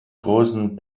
großen